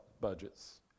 budgets